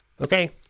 Okay